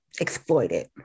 exploited